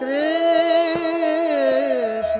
a